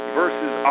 versus